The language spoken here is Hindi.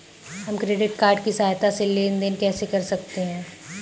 हम क्रेडिट कार्ड की सहायता से लेन देन कैसे कर सकते हैं?